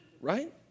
right